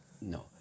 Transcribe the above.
No